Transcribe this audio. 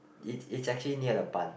it it's actually near the Bund